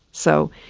so,